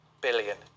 billion